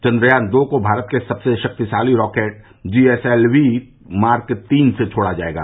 चंद्रयान दो को भारत के सबसे शक्तिशाली रॉकेट जीएसएलवी मार्क तीन से छोड़ा जाएगा